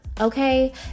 Okay